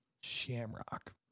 Shamrock